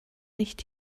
nicht